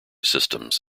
systems